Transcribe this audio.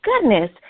goodness